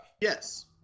Yes